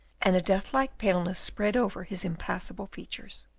and a death-like paleness spread over his impassible features.